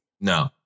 No